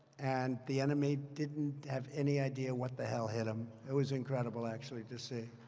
and the enemy didn't have any idea what the hell hit him. it was incredible, actually, to see.